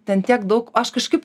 ten tiek daug aš kažkaip